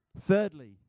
Thirdly